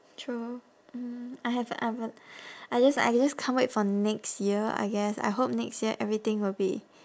true mm I have a I wi~ I just like I just can't wait for next year I guess I hope next year everything will be